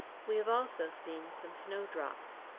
we have also seen some snowdrops.